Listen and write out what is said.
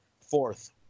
fourth